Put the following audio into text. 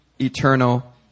eternal